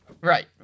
Right